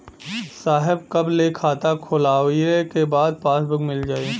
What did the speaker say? साहब कब ले खाता खोलवाइले के बाद पासबुक मिल जाई?